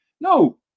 No